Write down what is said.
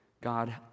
God